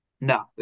No